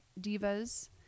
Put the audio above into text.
Divas